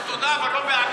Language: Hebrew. לא, תודה, אבל לא בענק.